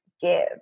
give